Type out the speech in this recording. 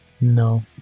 No